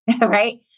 right